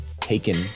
taken